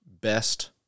best